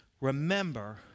remember